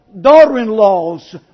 daughter-in-laws